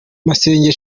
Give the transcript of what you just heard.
masengo